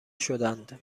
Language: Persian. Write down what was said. شدند